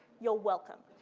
you're welcome.